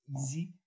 easy